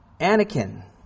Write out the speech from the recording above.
Anakin